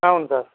అవును సార్